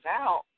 out